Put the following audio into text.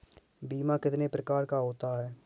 बीमा कितने प्रकार का होता है?